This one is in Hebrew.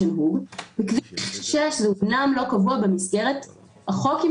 בכביש 6 זה אמנם לא קבוע במסגרת החוק אבל